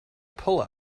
pull